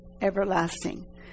everlasting